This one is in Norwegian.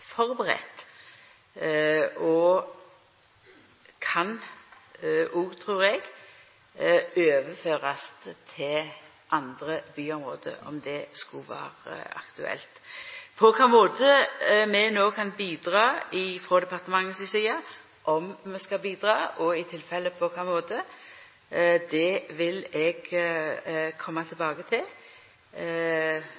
og kan, trur eg, overførast til andre byområde – om det skulle vera aktuelt. På kva måte vi no kan bidra frå departementet si side, og om vi skal bidra,